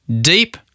deep